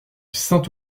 saint